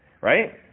Right